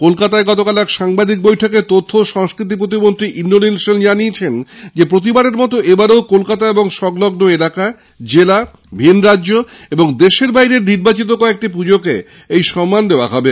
কলকাতায় আজ এক সাংবাদিক বৈঠকে তথ্য ও সংস্কৃতি প্রতিমন্ত্রী ইন্দ্রনীল সেন জানিয়েছেন প্রতিবারের মত এবারও কলকাতা ও সংলগ্ন এলাকা জেলা ভিন রাজ্য এবং দেশের বাইরের নির্বাচিত কয়েকটি পুজোকে এই সম্মান দেওয়া হবে